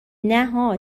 نهها